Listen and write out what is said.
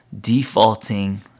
defaulting